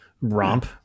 romp